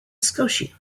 scotia